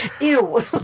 Ew